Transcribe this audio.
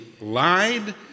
lied